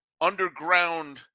underground